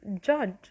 judge